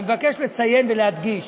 אני מבקש לציין ולהדגיש,